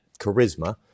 charisma